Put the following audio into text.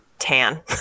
tan